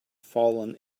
fallen